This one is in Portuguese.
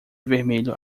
vermelho